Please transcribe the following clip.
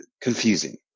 confusing